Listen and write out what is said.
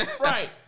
Right